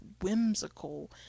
whimsical